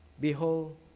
Behold